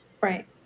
Right